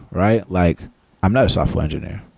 right? like i'm not a software engineer,